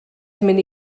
mini